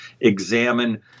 examine